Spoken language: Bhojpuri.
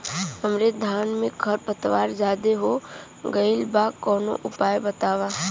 हमरे धान में खर पतवार ज्यादे हो गइल बा कवनो उपाय बतावा?